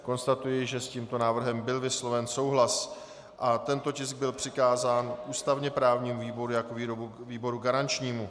Konstatuji, že s tímto návrhem byl vysloven souhlas a tento tisk byl přikázán ústavněprávnímu výboru jako výboru garančnímu.